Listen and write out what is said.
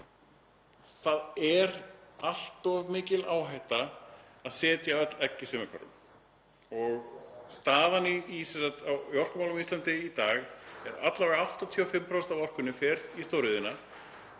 Það er allt of mikil áhætta að setja öll egg í sömu körfuna. Staðan í orkumálum á Íslandi í dag er að alla vega 85% af orkunni fara í stóriðjuna.